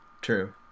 true